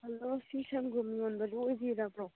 hello ꯁꯤ ꯁꯪꯒꯣꯝ ꯌꯣꯟꯕꯗꯨ ꯑꯣꯏꯕꯤꯔꯕ꯭ꯔꯣ